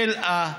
חלאה.